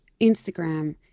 Instagram